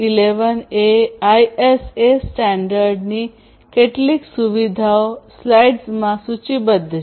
11 એ ISA સ્ટાન્ડર્ડની કેટલીક સુવિધાઓ સ્લાઇડ્સમાં સૂચિબદ્ધ છે